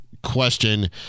question